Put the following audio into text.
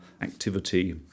activity